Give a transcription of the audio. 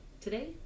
today